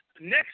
Next